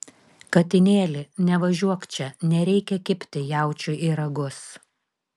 katinėli nevažiuok čia nereikia kibti jaučiui į ragus